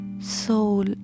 Soul